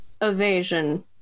Evasion